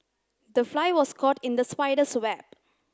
the fly was caught in the spider's web